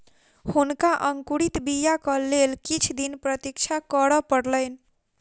हुनका अंकुरित बीयाक लेल किछ दिन प्रतीक्षा करअ पड़लैन